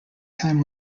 time